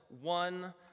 one